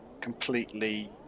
completely